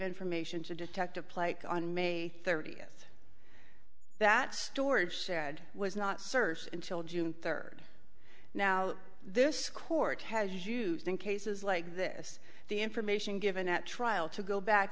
information to detect a play on may thirtieth that storage shed was not searched until june third now this court has used in cases like this the information given at trial to go back